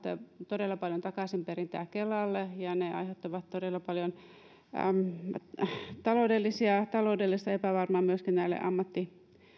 todella paljon takaisinperintää kelalle ja ja todella paljon taloudellista epävarmuutta myöskin ammattiin